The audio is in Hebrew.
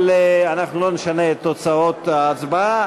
אבל אנחנו לא נשנה את תוצאות ההצבעה.